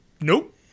nope